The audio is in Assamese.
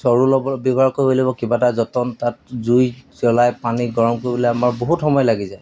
চৰু ব্যৱহাৰ কৰিবই লাগিব কিবা এটা যতন তাত জুই জ্বলাই পানী গৰম কৰিবলৈ আমাৰ বহুত সময় লাগি যায়